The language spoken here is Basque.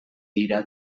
dira